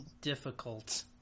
difficult